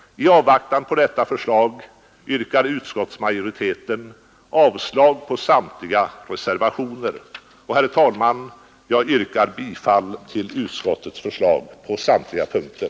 I avvaktan på detta förslag yrkar utskottsmajoriteten avslag på samtliga reservationer. Herr talman! Jag yrkar bifall till utskottets förslag på samtliga punkter.